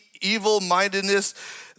evil-mindedness